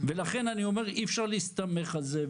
ולכן אני אומר אי אפשר להסתמך על זה,